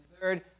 third